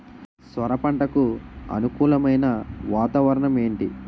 సొర పంటకు అనుకూలమైన వాతావరణం ఏంటి?